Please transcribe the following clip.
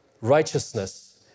righteousness